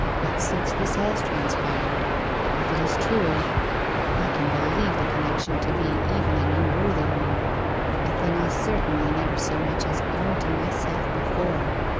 but since this has transpired if it is true i can believe the connection to be even an unworthy one a thing i certainly never so much as owned to myself before